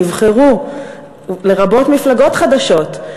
לרבות מפלגות חדשות,